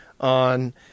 on